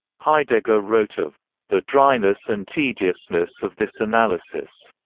heidegger wrote of the dryness and tediousness of this analysis.